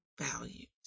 values